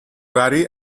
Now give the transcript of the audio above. vary